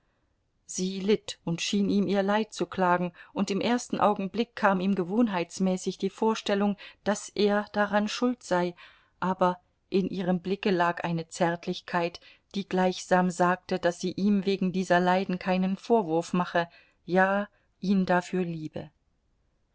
sie litt und schien ihm ihr leid zu klagen und im ersten augenblick kam ihm gewohnheitsmäßig die vorstellung daß er daran schuld sei aber in ihrem blicke lag eine zärtlichkeit die gleichsam sagte daß sie ihm wegen dieser leiden keinen vorwurf mache ja ihn dafür liebe